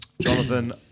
Jonathan